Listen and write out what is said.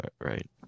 right